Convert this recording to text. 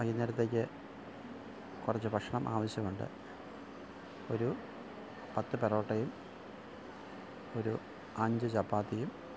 വൈകുന്നേരത്തേക്ക് കുറച്ച് ഭക്ഷണം ആവശ്യമുണ്ട് ഒരു പത്ത് പെറോട്ടയും ഒരു അഞ്ച് ചപ്പാത്തിയും